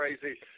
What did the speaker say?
crazy